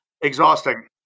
exhausting